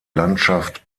landschaft